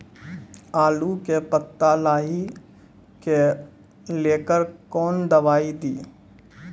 आलू के पत्ता लाही के लेकर कौन दवाई दी?